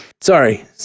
Sorry